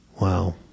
Wow